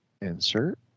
Insert